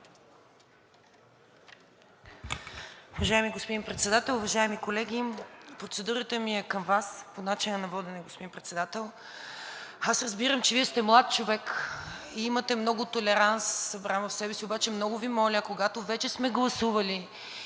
Уважаеми господин Председател, уважаеми колеги! Процедурата ми е към Вас по начина на водене, господин Председател. Аз разбирам, че Вие сте млад човек и имате много толеранс, събран в себе си, обаче много Ви моля, когато вече сме гласували